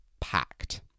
packed